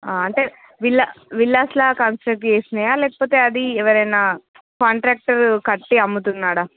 అంటే villa villas లా construct చేసినయ లేకపోతే అది ఎవరైనా కాంట్రాక్ట్రు కట్టి అమ్ముతున్నాడా